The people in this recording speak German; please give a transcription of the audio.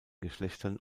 geschlechtern